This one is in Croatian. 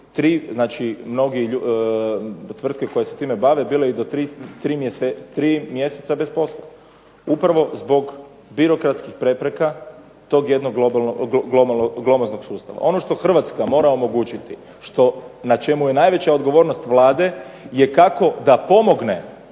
mnoge tvrtke koje se time bave bile i do 3 mjeseca bez posla. Upravo zbog birokratskih prepreka tog jednog glomaznog sustava. Ono što Hrvatska mora omogućiti, na čemu je najveća odgovornost Vlade je kako da pomogne,